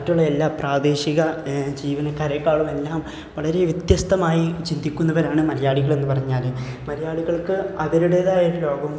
മറ്റുള്ള എല്ലാ പ്രാദേശിക ജീവനക്കാരെക്കാളും എല്ലാം വളരെ വ്യത്യസ്തമായി ചിന്തിക്കുന്നവരാണ് മലയാളികൾ എന്ന് പറഞ്ഞാൽ മലയാളികൾക്ക് അവരുടേതായ ലോകം